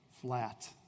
flat